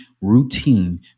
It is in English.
routine